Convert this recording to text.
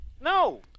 no